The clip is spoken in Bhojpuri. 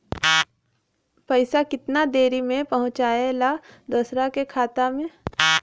पैसा कितना देरी मे पहुंचयला दोसरा के खाता मे?